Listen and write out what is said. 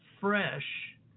fresh